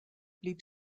blieb